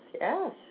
yes